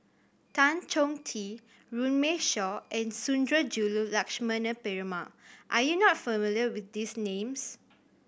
Tan Chong Tee Runme Shaw and Sundarajulu Lakshmana Perumal are you not familiar with these names